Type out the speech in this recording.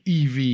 EV